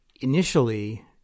initially